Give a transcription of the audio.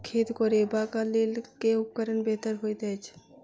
खेत कोरबाक लेल केँ उपकरण बेहतर होइत अछि?